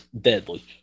deadly